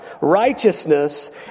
righteousness